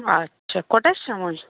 আচ্ছা কটার সময়